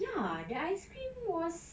ya the ice cream was